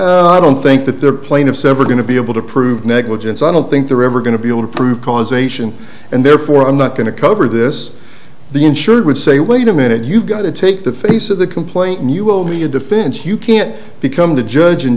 said i don't think that their plane of sever going to be able to prove negligence i don't think they're ever going to be able to prove causation and therefore i'm not going to cover this the insured would say wait a minute you've got to take the face of the complaint and you will be a defense you can't become the judge and